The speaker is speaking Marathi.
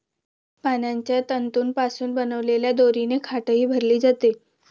पानांच्या तंतूंपासून बनवलेल्या दोरीने खाटही भरली जाते